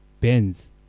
Benz